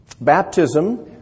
Baptism